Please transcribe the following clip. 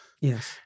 Yes